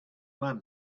man